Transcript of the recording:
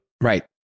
Right